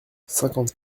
cinquante